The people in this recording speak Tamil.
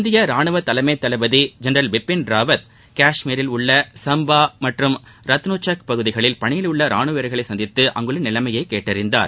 இந்திய ராணுவ தலைமைத் தளபதி ஜென்ரல் பிபின் ராவத் காஷ்மீரில் உள்ள சம்பா மற்றும் ரத்னுசக் பகுதிகளில் பணியிலுள்ள ராணுவ வீரர்களை சந்தித்து அங்குள்ள நிலைமையை கேட்டறிந்தார்